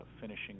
finishing